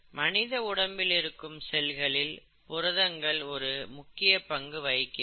மனித உடம்பில் இருக்கும் செல்களில் புரதங்கள் ஒரு முக்கிய பங்கு வகிக்கிறது